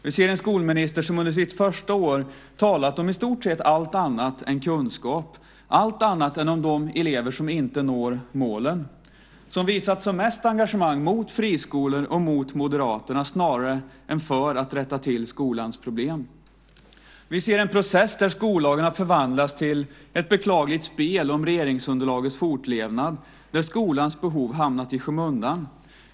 Vi ser en skolminister som under sitt första år talat om i stort sett allt annat än kunskap, allt annat än om de elever som inte når målen, som visat som mest engagemang mot friskolor och mot Moderaterna snarare än för att rätta till skolans problem. Vi ser en process där skollagarna förvandlas till ett beklagligt spel om regeringsunderlagets fortlevnad, där skolans behov hamnat i skymundan.